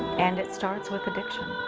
and it starts with addiction.